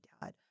dad